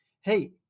Hey